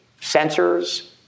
sensors